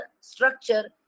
structure